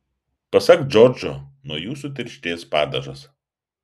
pasak džordžo nuo jų sutirštės padažas